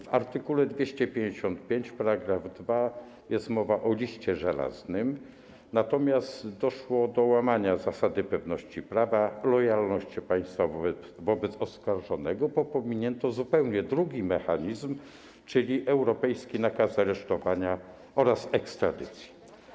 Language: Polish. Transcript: W art. 255 § 2 jest mowa o liście żelaznym, natomiast doszło do łamania zasady pewności prawa, lojalności państwa wobec oskarżonego, bo pominięto zupełnie drugi mechanizm, czyli europejski nakaz aresztowania oraz ekstradycję.